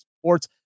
sports